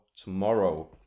Tomorrow